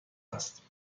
است